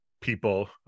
people